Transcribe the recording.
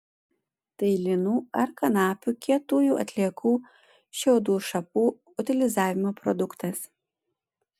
tai linų ar kanapių kietųjų atliekų šiaudų šapų utilizavimo produktas